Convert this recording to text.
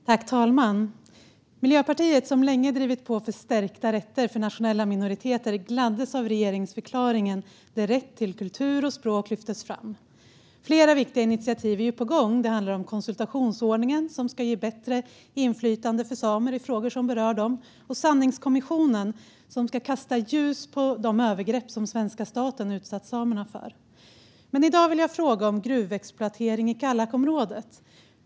Fru talman! Miljöpartiet, som länge drivit på för stärkta rättigheter för nationella minoriteter, gladdes av regeringsförklaringen, där rätt till kultur och språk lyftes fram. Flera viktiga initiativ är på gång. Det handlar om konsultationsordningen, som ska ge bättre inflytande för samer i frågor som berör dem, och sanningskommissionen, som ska kasta ljus över de övergrepp som svenska staten utsatt samerna för. Men i dag vill jag fråga om gruvexploatering i Kallakområdet.